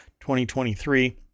2023